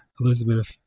Elizabeth